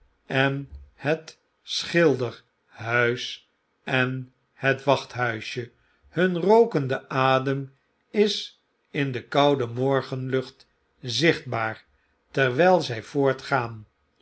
en het schilderhuis en het wachthuisje hun rookende adem is in de koude morgenlucht zichtbaar terwgl zg voortgaan